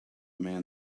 man